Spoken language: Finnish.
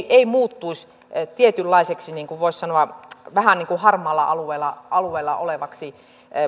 ei muuttuisi tietynlaiseksi niin kuin voisi sanoa vähän niin kuin harmaalla alueella alueella olevaksi